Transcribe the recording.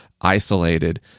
isolated